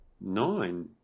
Nine